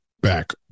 back